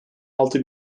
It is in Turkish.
altı